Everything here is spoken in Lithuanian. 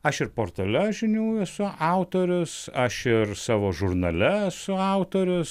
aš ir portale žinių esu autorius aš ir savo žurnale esu autorius